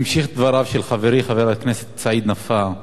אני אמשיך את דבריו של חברי חבר הכנסת סעיד נפאע.